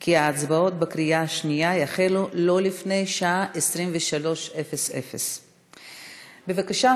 כי ההצבעות בקריאה השנייה יחלו לא לפני השעה 23:00. בבקשה,